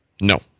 No